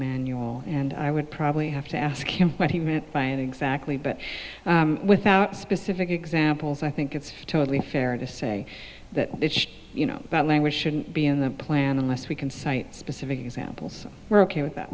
manual and i would probably have to ask him what he meant by it exactly but without specific examples i think it's totally fair to say that you know that language shouldn't be in the plan unless we can cite specific examples we're ok with that